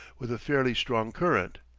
with a fairly strong current.